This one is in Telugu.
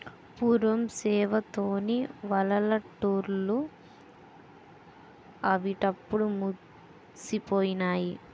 పూర్వం సేకు తోని వలలల్లెటూళ్లు అవిప్పుడు మాసిపోనాయి